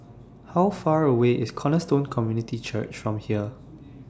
How Far away IS Cornerstone Community Church from here